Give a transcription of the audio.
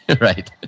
right